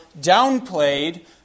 downplayed